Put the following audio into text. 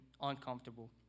uncomfortable